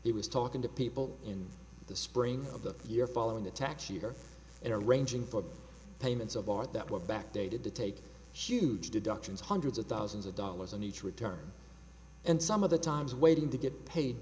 he was talking to people in the spring of the year following the tax year and arranging for payments of art that were backdated to take huge deductions hundreds of thousands of dollars on each return and some of the times waiting to get paid